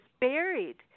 buried